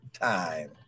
time